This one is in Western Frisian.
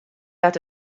dat